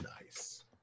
Nice